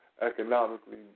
economically